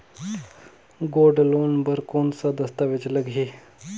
Gold loan बर कौन का दस्तावेज लगही?